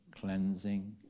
cleansing